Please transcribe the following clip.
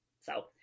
So-